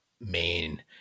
main